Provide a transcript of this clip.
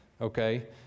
Okay